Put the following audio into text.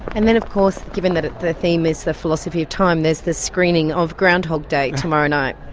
and then, of course, given that the theme is the philosophy of time, there's the screening of groundhog day, tomorrow night.